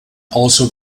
also